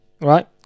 Right